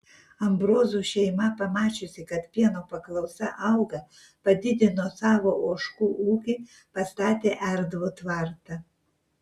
ambrozų šeima pamačiusi kad pieno paklausa auga padidino savo ožkų ūkį pastatė erdvų tvartą